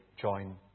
join